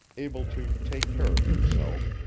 able to take care of himself,